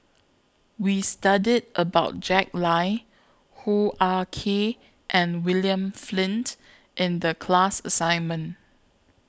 We studied about Jack Lai Hoo Ah Kay and William Flint in The class assignment